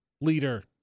leader